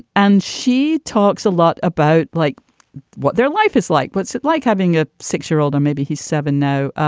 and she talks a lot about like what their life is like. what's it like having a six year old or maybe he's seven? no,